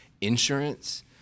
insurance